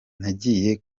nagiye